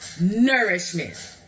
nourishment